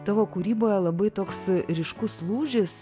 tavo kūryboje labai toks ryškus lūžis